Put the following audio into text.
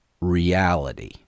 reality